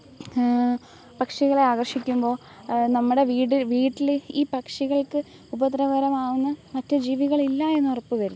പക്ഷികളെ ആകർഷിക്കുമ്പോൾ നമ്മുടെ വീട് വീട്ടിൽ ഈ പക്ഷികൾക്ക് ഉപദ്രവകരമാകുന്ന മറ്റു ജീവികളില്ല എന്ന് ഉറപ്പ് വരുത്തുക